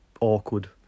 awkward